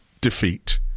defeat